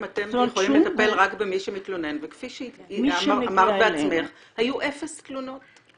בעצם אתם יכולים לטפל רק במי שמתלונן וכפי שאמרת בעצמך היו אפס תלונות,